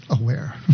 aware